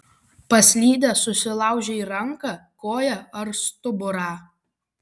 paslydęs susilaužei ranką koją ar stuburą